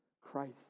Christ